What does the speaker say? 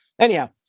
Anyhow